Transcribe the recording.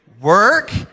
work